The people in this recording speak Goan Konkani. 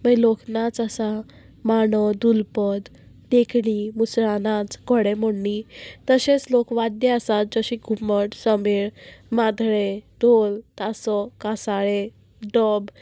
मागीर लोकनाच आसा माणो धुलपद देखणी मुसळा नाच घोडेमोडणी तशेंच लोकवाद्यां आसात जशें की घुमट समेळ मादळें ढोल तासो कासाळें डोब